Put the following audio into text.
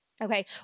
Okay